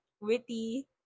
witty